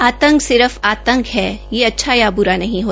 आंतक सिर्फ आतंक है यह अच्छा या बुरा नहीं है